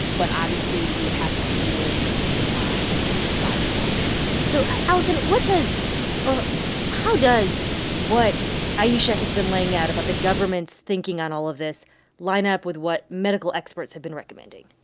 but obviously, you would have to still keep in mind that there's this virus out there so, allison, what does or how does what ayesha has been laying out about the government's thinking on all of this line up with what medical experts have been recommending?